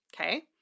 Okay